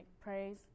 praise